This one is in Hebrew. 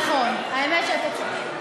נכון, האמת היא שאתה צודק.